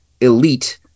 elite